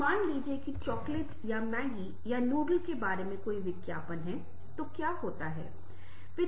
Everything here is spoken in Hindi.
और मान लीजिए कि चॉकलेट या मैगी या नूडल के बारे में कोई विज्ञापन है तो क्या होता है